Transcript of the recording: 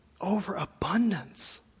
Overabundance